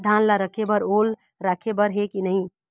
धान ला रखे बर ओल राखे बर हे कि नई?